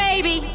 Baby